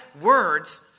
words